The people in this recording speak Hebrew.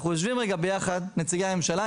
אנחנו יושבים יחד נציגי הממשלה,